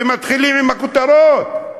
ומתחילים עם הכותרות.